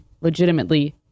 legitimately